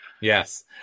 Yes